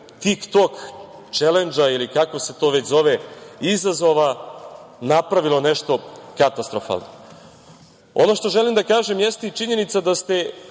„tik-tok“ čelendža ili kako se to već zove, izazova, napravilo nešto katastrofalno. Ono što želim da kažem jeste i činjenica da ste